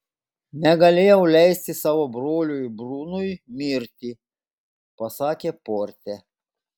negalėjau leisti savo broliui brunui mirti pasakė porte